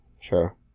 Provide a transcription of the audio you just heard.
sure